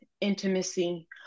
intimacy